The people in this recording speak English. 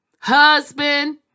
husband